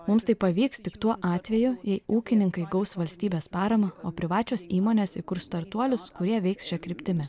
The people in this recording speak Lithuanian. mums tai pavyks tik tuo atveju jei ūkininkai gaus valstybės paramą o privačios įmonės kurs startuolius kurie veiks šia kryptimi